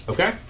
Okay